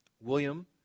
William